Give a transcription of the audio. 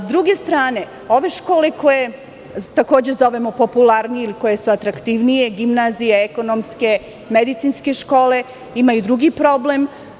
S druge strane, ove škole, koje takođe zovemo popularnije ili koje su atraktivnije, gimnazije, ekonomske, medicinske škole, imaju drugi problem.